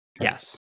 yes